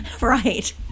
Right